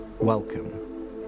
Welcome